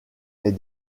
est